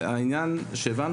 הבנו